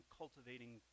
cultivating